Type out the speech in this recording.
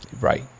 Right